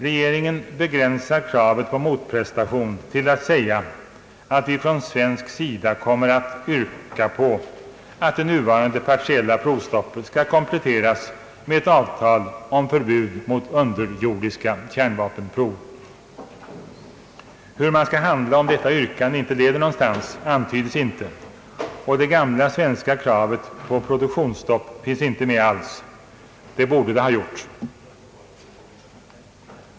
Regeringen begränsar kravet på motprestation till att säga att vi från svensk sida kommer att yrka på att det nuvarande partiella provstoppet skall kompletteras med ett avtal om förbud mot underjordiska kärnvapenprov. Hur man skall handla om detta yrkande inte leder någonstans antydes inte, och det gamla svenska kravet på produktionsstopp finns inte med alls. Det borde det ha gjort.